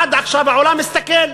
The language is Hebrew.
עד עכשיו העולם הסתכל.